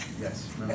yes